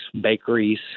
bakeries